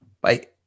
bye